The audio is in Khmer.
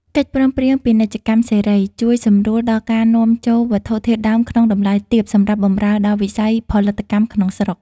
កិច្ចព្រមព្រៀងពាណិជ្ជកម្មសេរីជួយសម្រួលដល់ការនាំចូលវត្ថុធាតុដើមក្នុងតម្លៃទាបសម្រាប់បម្រើដល់វិស័យផលិតកម្មក្នុងស្រុក។